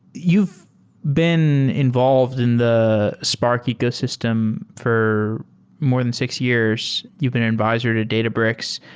you've been involved in the spark ecosystem for more than six years. you've been an advisor to databrix.